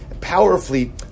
powerfully